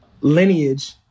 lineage